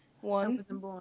One